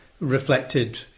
Reflected